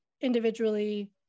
individually